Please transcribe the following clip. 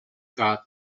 got